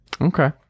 Okay